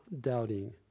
doubting